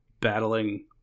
battling